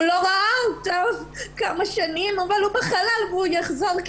לא ראה אותה כמה שנים אבל הוא בחלל והוא יחזור כי